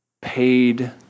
Paid